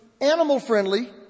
animal-friendly